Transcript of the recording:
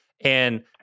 And-